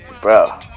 bro